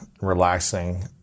relaxing